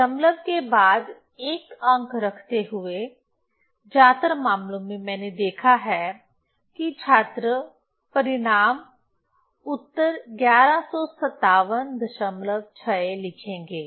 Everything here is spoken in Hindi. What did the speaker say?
दशमलव के बाद एक अंक रखते हुए ज्यादातर मामलों में मैंने देखा है कि छात्र परिणाम उत्तर 11576 लिखेंगे